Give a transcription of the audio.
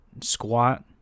squat